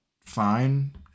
fine